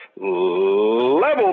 Level